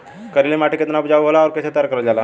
करेली माटी कितना उपजाऊ होला और कैसे तैयार करल जाला?